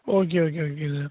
okay okay okay sir